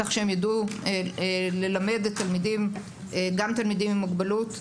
כך שהם ידעו ללמד גם תלמידים עם מוגבלות.